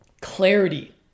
clarity